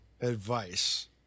advice